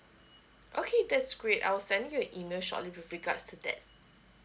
okay that's great I will send you an email shortly with regards to that